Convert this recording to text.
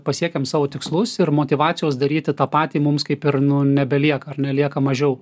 pasiekiam savo tikslus ir motyvacijos daryti tą patį mums kaip ir nu nebelieka ar ne lieka mažiau